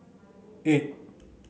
eight